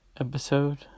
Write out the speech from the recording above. episode